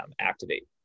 activate